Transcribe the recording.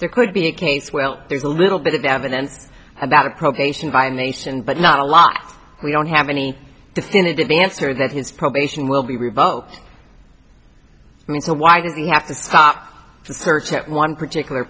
there could be a case well there's a little bit of an answer about a probation violation but not a lot we don't have any definitive answer that his probation will be revoked so why does he have to stop the search at one particular